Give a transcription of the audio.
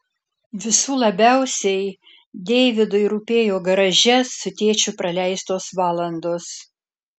visų labiausiai deividui rūpėjo garaže su tėčiu praleistos valandos